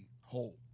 whole